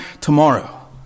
tomorrow